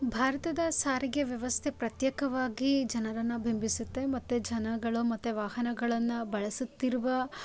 ಭಾರತದ ಸಾರಿಗೆ ವ್ಯವಸ್ಥೆ ಪ್ರತ್ಯೇಕವಾಗಿ ಜನರನ್ನು ಬಿಂಬಿಸುತ್ತೆ ಮತ್ತು ಜನಗಳು ಮತ್ತು ವಾಹನಗಳನ್ನು ಬಳಸುತ್ತಿರುವ